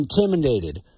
intimidated